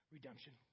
Redemption